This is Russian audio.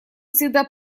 всегда